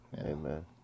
Amen